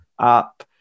app